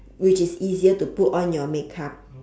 which is easier to put on your makeup